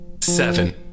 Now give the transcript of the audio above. seven